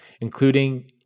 including